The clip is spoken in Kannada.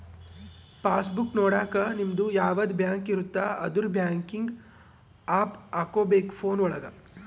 ಪಾಸ್ ಬುಕ್ ನೊಡಕ ನಿಮ್ಡು ಯಾವದ ಬ್ಯಾಂಕ್ ಇರುತ್ತ ಅದುರ್ ಬ್ಯಾಂಕಿಂಗ್ ಆಪ್ ಹಕೋಬೇಕ್ ಫೋನ್ ಒಳಗ